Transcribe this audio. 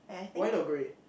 white or grey